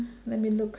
let me look